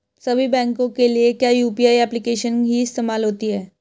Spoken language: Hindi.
सभी बैंकों के लिए क्या यू.पी.आई एप्लिकेशन ही इस्तेमाल होती है?